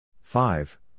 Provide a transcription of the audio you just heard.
five